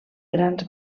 grans